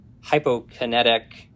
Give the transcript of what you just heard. hypokinetic